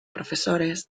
profesores